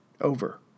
over